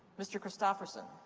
mr. christopherson.